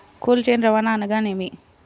Cold chain రవాణా అనగా నేమి?